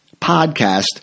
podcast